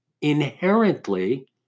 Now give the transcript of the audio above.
inherently